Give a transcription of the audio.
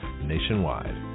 nationwide